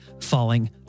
falling